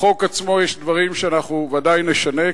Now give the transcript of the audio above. בחוק עצמו יש דברים שאנחנו ודאי נשנה,